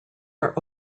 are